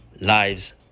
lives